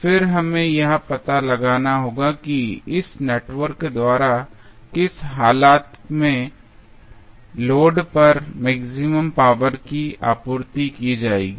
फिर हमें यह पता लगाना होगा कि इस नेटवर्क द्वारा किस हालत में लोड पर मैक्सिमम पावर की आपूर्ति की जाएगी